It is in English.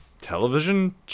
television